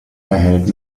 erhält